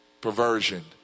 perversion